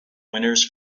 winners